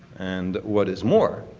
and, what is more,